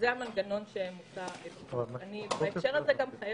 השירות מוסמך לבצע בדיקה טכנולוגית